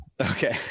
Okay